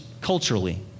culturally